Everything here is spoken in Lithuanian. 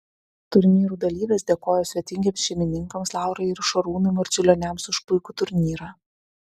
turnyrų dalyvės dėkojo svetingiems šeimininkams laurai ir šarūnui marčiulioniams už puikų turnyrą